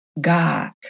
God